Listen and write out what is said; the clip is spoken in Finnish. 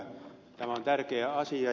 tämä on tärkeä asia